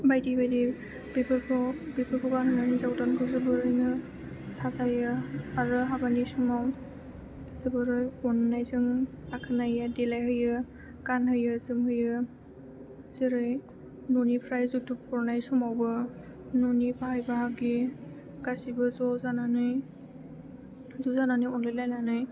बायदि बायदि बेफोरखौ गानहोनानै हिनजाव गोदानखौ जोबोरैनो साजायो आरो हाबानि समाव जोबोरै अन्नायजों बाख्नायो देलाइ होयो गानहोयो जोमहोयो जेरै न'निफ्राय जौथुक हरनाय समावबो न'नि बाय बाहागि गासैबो ज' जानानै अनलाइ लायनानै